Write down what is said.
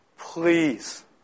Please